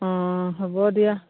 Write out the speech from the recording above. হ'ব দিয়া